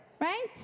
Right